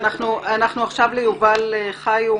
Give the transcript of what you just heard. עכשיו ליובל חיו,